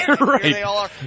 Right